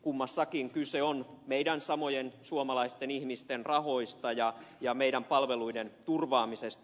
kummassakin kyse on samojen suomalaisten ihmisten rahoista ja meidän palveluidemme turvaamisesta